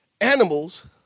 animals